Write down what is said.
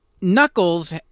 Knuckles